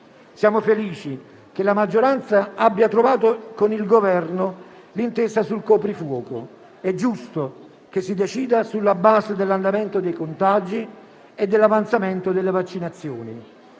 Siamo felici che la maggioranza abbia trovato con il Governo l'intesa sul coprifuoco; è giusto che si decida sulla base dell'andamento dei contagi e dell'avanzamento delle vaccinazioni: